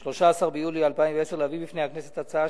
13 ביולי 2010, להביא בפני הכנסת הצעה